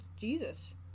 Jesus